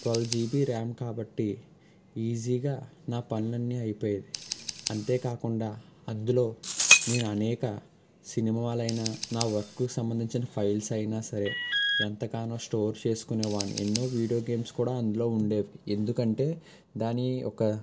twelve GB RAM కాబట్టి ఈజీగా నా పనులన్నీ అయిపోయేవి అంతే కాకుండా అందులో నేను అనేక సినిమాలైనా నా వర్క్కు సంబంధించిన ఫైల్స్ అయినా సరే ఎంతగానో స్టోర్ చేసుకునేవాడిని ఎన్నో వీడియో గేమ్స్ కూడా అందులో ఉండేవి ఎందుకంటే దాని ఒక